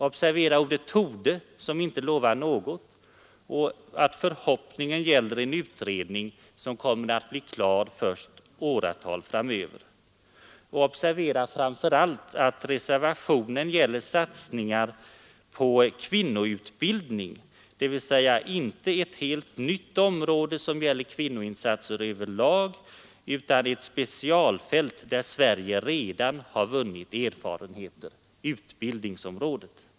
Observera ordet ”torde”, som inte lovar något, och att förhoppningen gäller en utredning som kommer att bli klar först om flera år. Och observera framför allt att reservationen från vårt håll på denna punkt gäller satsningar på kvinnoutbildning, dvs. inte ett helt nytt område för kvinnoinsatser över lag utan ett specialfält, nämligen utbildning, där Sverige redan har vunnit erfarenheter.